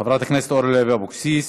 חברת הכנסת אורלי לוי אבקסיס,